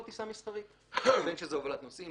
טיסה מסחרית בין שזה הובלת נוסעים,